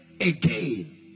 again